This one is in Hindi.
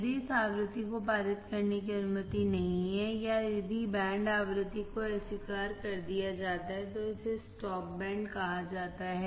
यदि इस आवृत्ति को पारित करने की अनुमति नहीं है या यदि बैंड आवृत्ति को अस्वीकार कर दिया जाता है तो इसे स्टॉप बैंड कहा जाता है